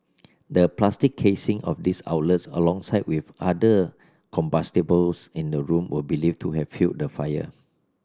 the plastic casing of these outlets alongside with other combustibles in the room were believed to have fuelled the fire